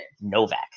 Novak